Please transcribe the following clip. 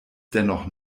dennoch